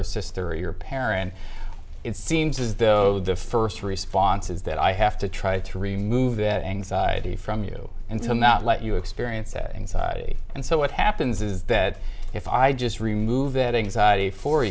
or sister or your parent it seems as though the first response is that i have to try to remove that anxiety from you until not let you experience a side and so what happens is that if i just remove that anxiety for